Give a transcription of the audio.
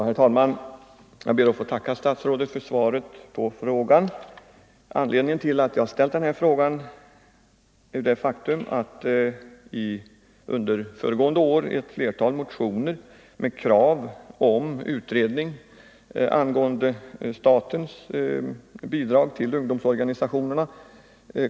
Herr talman! Jag ber att få tacka statsrådet för svaret på frågan. Anledningen till att jag ställt den är det faktum att under föregående år ett flertal motioner kom in till riksdagen med krav på utredning angående statens bidrag till ungdomsorganisationerna.